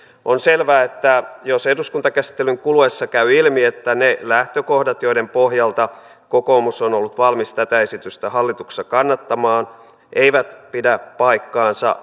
on selvää että jos eduskuntakäsittelyn kuluessa käy ilmi että ne lähtökohdat joiden pohjalta kokoomus on ollut valmis tätä esitystä hallituksessa kannattamaan eivät pidä paikkaansa